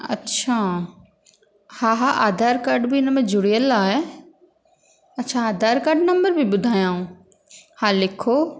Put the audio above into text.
अच्छा हा हा आधार कार्ड बि हिन में जुड़ियल आहे अच्छा आधार कार्ड नम्बर बि ॿुधायांव हा लिखो